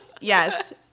Yes